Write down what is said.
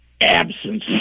Absence